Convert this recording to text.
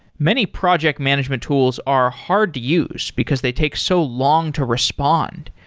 many project management tools are hard to use because they take so long to respond,